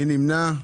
מי נמנע?